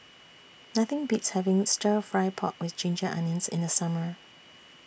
Nothing Beats having Stir Fry Pork with Ginger Onions in The Summer